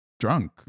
drunk